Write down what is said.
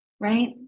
right